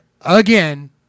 again